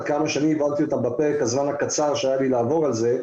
עד כמה שאני הבנתי אותן בפרק הזמן הקצר שהיה לי לעבור עליהן,